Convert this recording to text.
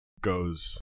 goes